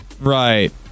Right